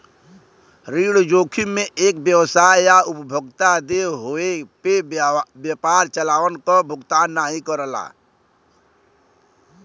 ऋण जोखिम में एक व्यवसाय या उपभोक्ता देय होये पे व्यापार चालान क भुगतान नाहीं करला